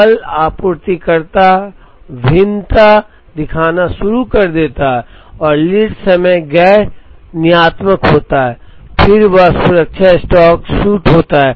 पल आपूर्तिकर्ता भिन्नता दिखाना शुरू कर देता है और लीड समय गैर नियतात्मक होता है फिर यह सुरक्षा स्टॉक शूट होता है